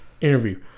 interview